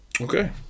Okay